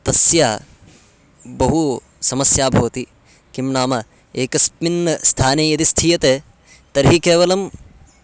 तस्य बहु समस्या भवति किं नाम एकस्मिन् स्थाने यदि स्थीयते तर्हि केवलं